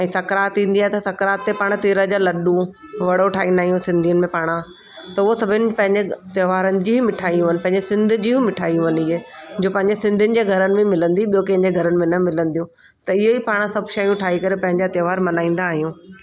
ऐं सक्रांत ईंदी आहे त सक्रांत ते पाण तिर जा लड्डू वड़ो ठाहींदा आहियूं सिंधी में पाण त उहो सभिनि पंहिंजनि त्योहारनि जी मिठायूं आहिनि पंहिंजनि सिंधी जूं मिठायूं आहिनि इहे जो पंहिंजनि सिंधियुनि जे घरनि में मिलंदी ॿियो कंहिंजे घर में न मिलंदियूं त इहो ई पाण सभु शयूं ठाहे करे पंहिंजा त्योहार मनाईंदा आहियूं